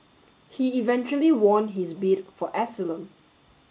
he eventually won his bid for asylum